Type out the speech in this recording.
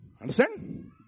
Understand